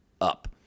up